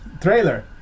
trailer